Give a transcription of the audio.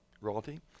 Royalty